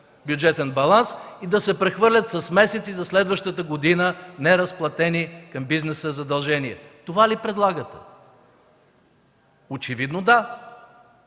бюджетен баланс и да се прехвърлят с месеци за следващата година неразплатени към бизнеса задължения. Това ли предлагате? Очевидно да.